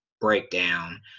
breakdown